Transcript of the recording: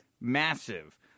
massive